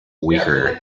weaker